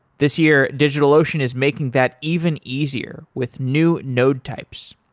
this year, digitalocean is making that even easier with new node types.